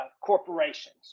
corporations